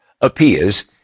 appears